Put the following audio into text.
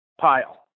pile